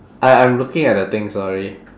I I'm looking at the thing sorry